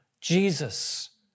Jesus